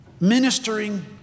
ministering